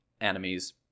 enemies